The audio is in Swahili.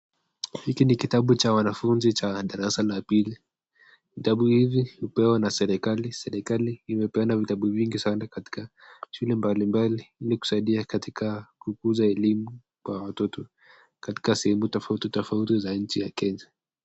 Hiki ni kitabu cha wanafunzi cha darasa la pili, vitabu hivi upewa na serekali. Serekali imepeana vitabu vingi sana katika shule mbali mbali ilikusaidia katika kukuza elimu kwa watoto katika sehemu tofauti tofauti za nchi ya kenya.